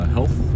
Health